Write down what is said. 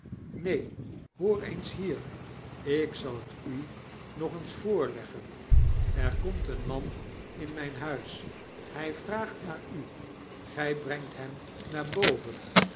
neen hoor eens hier ik zal het u nog eens voorleggen er komt een man in mijn huis hy vraagt naar u gy brengt hem naar boven